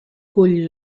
cull